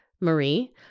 Marie